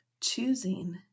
choosing